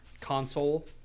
console